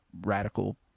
radical